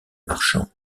marchands